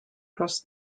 across